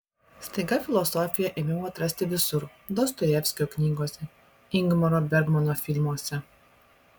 staiga filosofiją ėmiau atrasti visur dostojevskio knygose ingmaro bergmano filmuose